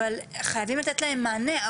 אבל חייבים לתת להם מענה.